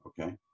okay